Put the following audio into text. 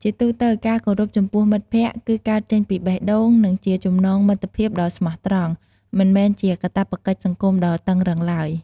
ជាទូទៅ ការគោរពចំពោះមិត្តភក្តិគឺកើតចេញពីបេះដូង និងជាចំណងមិត្តភាពដ៏ស្មោះត្រង់ មិនមែនជាកាតព្វកិច្ចសង្គមដ៏តឹងរ៉ឹងឡើយ។